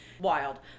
Wild